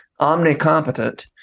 omnicompetent